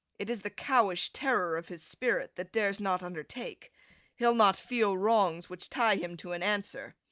it is the cowish terror of his spirit, that dares not undertake he'll not feel wrongs which tie him to an answer.